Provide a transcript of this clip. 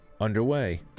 underway